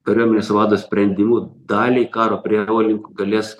kariuomenės vado sprendimu daliai karo prievolininkų galės